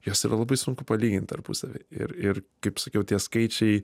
juos yra labai sunku palygint tarpusavy ir ir kaip sakiau tie skaičiai